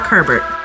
Herbert